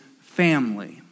family